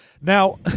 Now